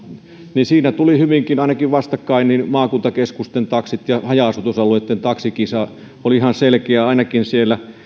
niin siinä tulivat hyvinkin vastakkain ainakin maakuntakeskusten taksit ja haja asutusalueitten taksit taksikisa oli ihan selkeä ainakin siellä